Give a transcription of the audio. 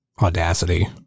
Audacity